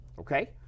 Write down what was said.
okay